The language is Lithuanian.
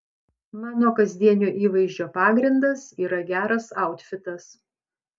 mano kasdienio įvaizdžio pagrindas yra geras autfitas